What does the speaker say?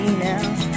now